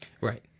Right